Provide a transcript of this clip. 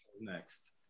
Next